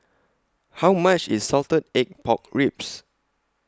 How much IS Salted Egg Pork Ribs